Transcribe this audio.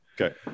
Okay